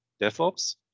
DevOps